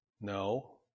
no